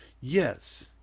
Yes